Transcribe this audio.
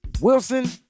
Wilson